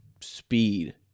speed